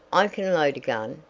i can load a gun,